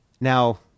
Now